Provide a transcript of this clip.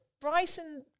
Bryson